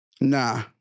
Nah